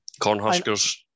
Cornhuskers